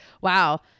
wow